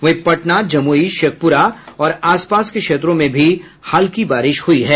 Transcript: वहीं पटना जमूई शेखपुरा और आस पास के क्षेत्रों में भी हल्की बारिश हुई है